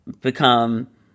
become